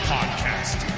Podcast